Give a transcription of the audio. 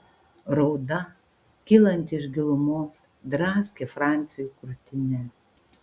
rauda kylanti iš gilumos draskė franciui krūtinę